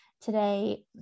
today